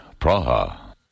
Praha